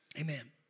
Amen